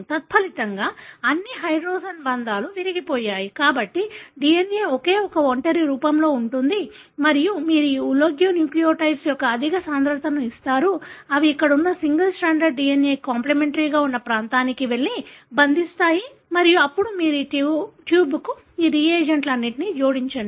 తత్ఫలితంగా అన్ని హైడ్రోజన్ బంధాలు విరిగిపోయాయి కాబట్టి DNA ఒకే ఒంటరి రూపంలో ఉంటుంది మరియు మీరు ఈ ఒలిగోన్యూక్లియోటైడ్ల యొక్క అధిక సాంద్రతను ఇస్తారు అవి అక్కడ ఉన్న సింగిల్ స్ట్రాండెడ్ DNA కి కాంప్లిమెంటరీగా ఉన్న ప్రాంతానికి వెళ్లి బంధిస్తాయి మరియు అప్పుడు మీరు ఈ ట్యూబ్కు ఈ రీజెంట్లన్నింటినీ జోడించండి